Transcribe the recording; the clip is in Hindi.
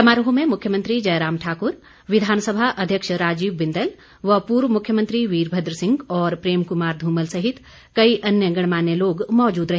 समारोह में मुख्यमंत्री जयराम ठाकुर विधानसभा अध्यक्ष राजीव बिंदल व पूर्व मुख्यमंत्री वीरभद्र सिंह और प्रेम कुमार ध्रमल सहित कई अन्य गणमान्य लोग मौजूद रहे